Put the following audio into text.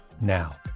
now